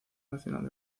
nacional